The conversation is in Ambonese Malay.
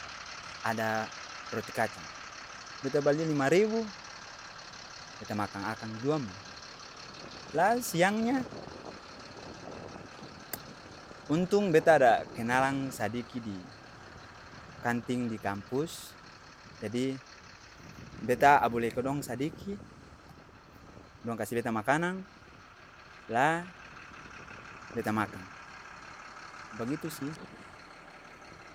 Ada roti kacang, beta bali lima ribu, beta makang akang jua moo, laa siangnya, untung beta ada kenalang sadiki di kanting di kampus, jadi, beta abuleke dong sadiki, dong kasi beta makanang, laa beta makang, begitu sih.